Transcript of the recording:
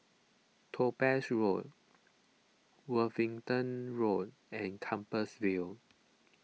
Topaz Road Worthing Road and Compassvale